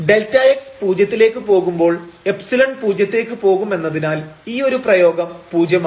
Δx പൂജ്യത്തിലേക്ക് പോകുമ്പോൾ എപ്സിലൺ പൂജ്യത്തേക്ക് പോകുമെന്നതിനാൽ ഈയൊരു പ്രയോഗം പൂജ്യമാവും